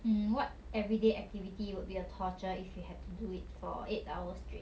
mm what everyday activity would be a torture if you had to do it for eight hours straight